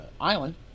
island